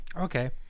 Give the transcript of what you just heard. Okay